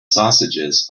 sausages